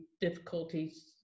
difficulties